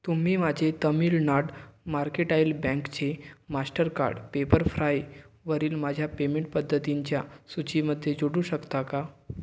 तुम्ही माझे तमीळनाड मार्केटाइल बँकचे मास्टरकार्ड पेपरफ्रायवरील माझ्या पेमेंट पद्धतींच्या सूचीमध्ये जोडू शकता का